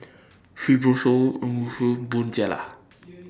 Fibrosol Bonjela